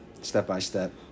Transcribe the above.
step-by-step